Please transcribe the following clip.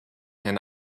herrn